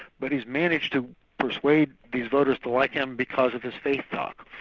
but he's managed to persuade these voters to like him because of his faith talk.